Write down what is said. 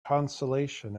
consolation